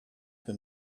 him